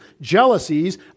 jealousies